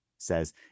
says